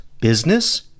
Business